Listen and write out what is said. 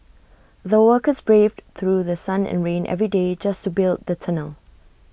the workers braved through The Sun and rain every day just to build the tunnel